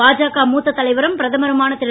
பாஜக மூத்த தலைவரும் பிரதமருமான திரு